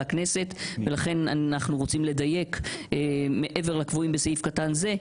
הכנסת ולכן אנחנו רוצים לדייק מעבר ל'קבועים בסעיף קטן זה',